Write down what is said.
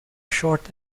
short